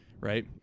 right